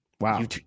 Wow